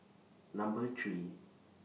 Number three